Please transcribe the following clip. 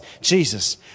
Jesus